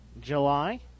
July